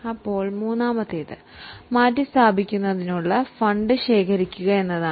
ഇപ്പോൾ മൂന്നാമത്തേത് ആസ്തികൾക്ക് റീപ്ലേസ്മെൻറ് ഫണ്ട് ശേഖരിക്കുക എന്നതാണ്